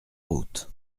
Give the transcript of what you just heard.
route